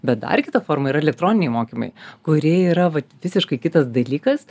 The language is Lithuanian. bet dar kita forma yra elektroniniai mokymai kurie yra vat visiškai kitas dalykas